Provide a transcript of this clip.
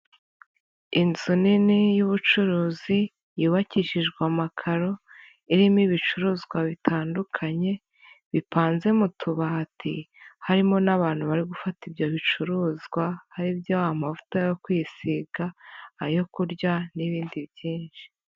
Inzu nini y'ubucuruzi yubakishijwe amakaro irimo ibicuruzwa bitandukanye bipanze mu tubati harimo n'abantu bari gufata ibyo bicuruzwa, ari byo amavuta yo kwisiga, ayo kurya n'ibindi byinshi.